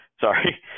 sorry